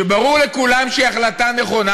שברור לכולם שהיא החלטה נכונה,